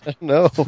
No